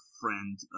friend